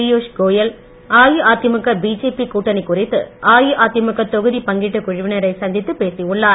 Piyush Goyal AIADMK BJP கூட்டணி குறித்து அஇஅதிமுக தொகுதி பங்கீட்டுக் குழுவினரை சந்தித்துப் பேசியுள்ளார்